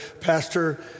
Pastor